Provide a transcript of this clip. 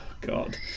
God